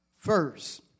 First